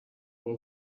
برو